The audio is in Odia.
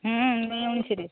ଏଇ ଉଣେଇଶରେ